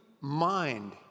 mind